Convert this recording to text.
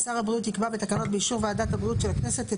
שר הבריאות יקבע בתקנות באישור ועדת הבריאות של הכנסת את